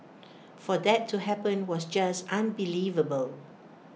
for that to happen was just unbelievable